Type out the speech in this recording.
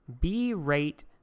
B-rate